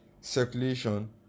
circulation